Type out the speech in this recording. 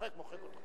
מה קרה?